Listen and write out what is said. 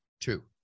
Two